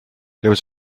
there